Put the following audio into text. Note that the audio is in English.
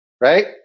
right